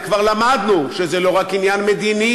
וכבר למדנו שזה לא רק עניין מדיני,